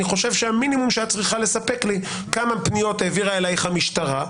המינימום שאת צריכה לספק לי לדעתי זה כמה פניות העבירה אליך המשטרה,